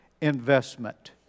investment